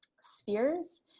spheres